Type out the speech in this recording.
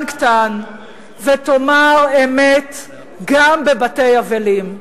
קטנטן ותאמר אמת גם בבתי אבלים.